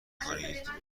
کنید